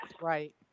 right